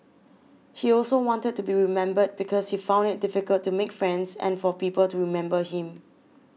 he also wanted to be remembered because he found it difficult to make friends and for people to remember him